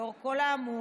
לאור כל האמור,